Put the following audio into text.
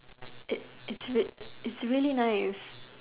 it it's it's really nice